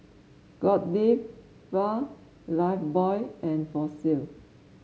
Godiva Lifebuoy and Fossil